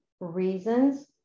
reasons